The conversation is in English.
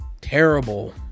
terrible